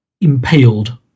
impaled